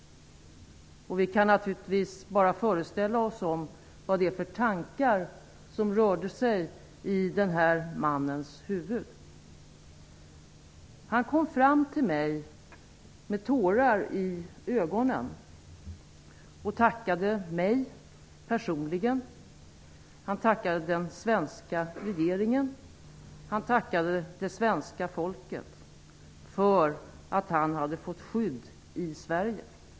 Vi kan naturligtvis bara föreställa oss vilka tankar som rörde sig i mannens huvud. Han kom fram till mig med tårar i ögonen. Han tackade mig personligen, han tackade den svenska regeringen och han tackade det svenska folket för att han hade fått skydd i Sverige.